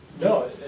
No